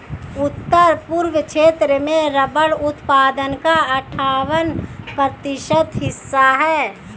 उत्तर पूर्व क्षेत्र में रबर उत्पादन का अठ्ठावन प्रतिशत हिस्सा है